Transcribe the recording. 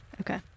Okay